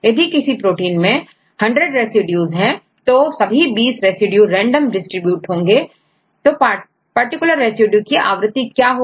यदि किसी प्रोटीन में हंड्रेड रेसिड्यूज हैं और सभी 20 रेसिड्यू रेंडम डिस्ट्रीब्यूटर हैं तो पर्टिकुलर रेसिड्यू की आवृत्ति क्या होगी